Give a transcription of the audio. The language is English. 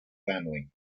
family